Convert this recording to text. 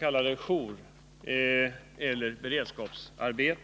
k. joureller beredskapsarbete